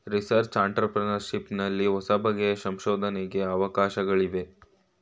research entrepreneurship ನಲ್ಲಿ ಹೊಸಬಗೆಯ ಸಂಶೋಧನೆಗೆ ಅವಕಾಶಗಳಿವೆ